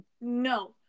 No